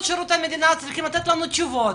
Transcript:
שירות המדינה צריכים לתת לנו תשובות.